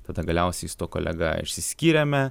tada galiausiai su tuo kolega išsiskyrėme